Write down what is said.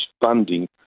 funding